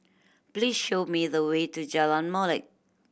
please show me the way to Jalan Molek